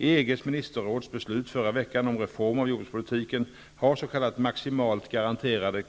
I EG:s ministerråds beslut förra vekcan om reform av jordbrukspolitiken har s.k. maximalt garanterade